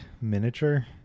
miniature